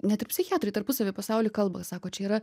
net ir psichiatrai tarpusavyje pasauly kalba sako čia yra